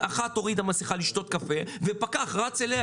אחת הורידה מסכה לשתות קפה ופקח רץ אליה